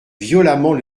violemment